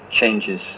changes